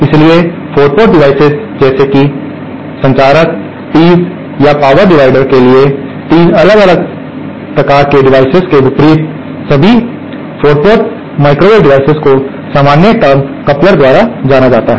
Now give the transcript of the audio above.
इसलिए 3 port devices जैसे कि संचारक या टीज़ या पावर डिवीडर के लिए 3 अलग अलग प्रकार के डिवाइसेस के विपरीत सभी 4 पोर्ट माइक्रोवेव डिवाइस को सामान्य टर्म कपलर द्वारा जाना जाता है